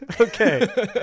okay